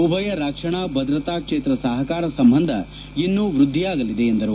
ಉಭಯ ರಕ್ಷಣಾ ಭದ್ರತಾ ಕ್ಷೇತ್ರ ಸಹಕಾರ ಸಂಬಂಧ ಇನ್ನೂ ವೃದ್ಧಿಯಾಗಲಿದೆ ಎಂದರು